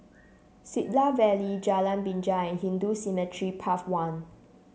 Siglap Valley Jalan Binja and Hindu Cemetery Path one